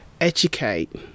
educate